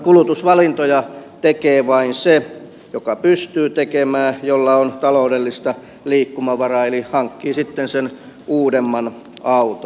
kulutusvalintoja tekee vain se joka pystyy tekemään jolla on taloudellista liikkumavaraa eli hankkii sitten sen uudemman auton